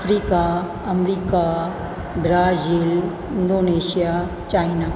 Africa America Brazil Indonesia China